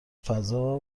فضا